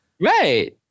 Right